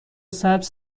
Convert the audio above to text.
سبز